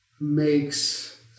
makes